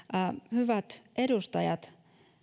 hyvät edustajat